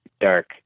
dark